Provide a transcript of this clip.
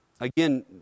Again